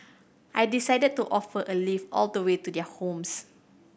I decided to offer a lift all the way to their homes